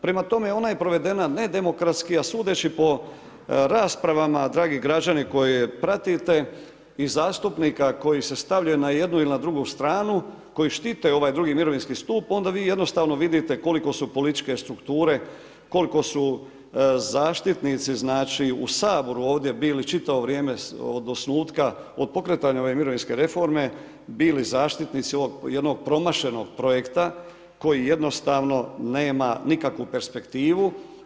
Prema tome, ona je provedena nedemokratski a sudeći po raspravama, dragi građani koji pratite i zastupnika koji se stavljaju na jednu ili na drugu stranu, koji štite ovaj II. mirovinski stup, onda vi jednostavno vidite koliko su političke strukture, koliko su znači zaštitnici u Saboru ovdje bili od osnutka, od pokretanja ove mirovinske reforme, bili zaštitnici ovog jednog promašenog projekta koji jednostavno nema nikakvu perspektivu.